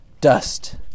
dust